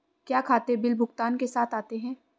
क्या खाते बिल भुगतान के साथ आते हैं?